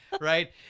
Right